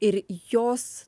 ir jos